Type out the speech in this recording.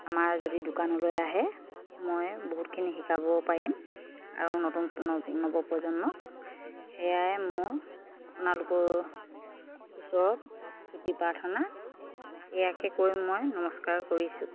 আমাৰ যদি দোকানলৈ আহে মই বহুতখিনি শিকাবও পাৰিম আৰু নতুন নৱ নৱপ্ৰজন্মক সেয়াই মোৰ আপোনালোকৰ ওচৰত তুতি প্ৰাৰ্থনা ইয়াকে কৈ মই নমস্কাৰ কৰিছোঁ